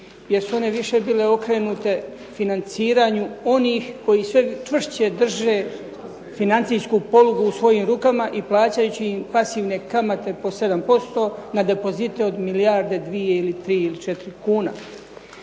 jer su one više bile okrenute financiranju onih koji sve čvršće drže financijsku polugu u svojim rukama i plaćajući im pasivne kamate po 7% na depozite od milijarde, dvije ili tri ili četiri kuna.